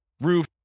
roof